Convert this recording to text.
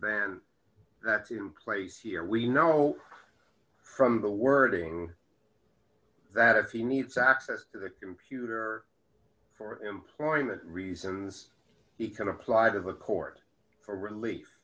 ban that's in place here we know from the wording that if he needs access to the computer for employment reasons he could apply to the court for relief